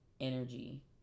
energy